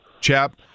chap